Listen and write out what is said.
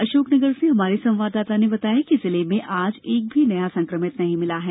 अशोकनगर से हमारे संवाददाता ने बताया है कि जिले में आज एक भी नया संक्रमित नहीं मिला है